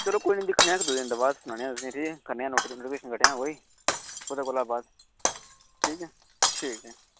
चलो कोई नी दिक्खने आं इक दो दिन दे बाद सनाने आं तुसें गी ठीक ऐ कड्ढने आं नोटिफिकेशन कड्ढने आं कोई ओह्दे कोला बाद ठीक ऐ ठीक ऐ